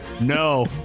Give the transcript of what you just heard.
No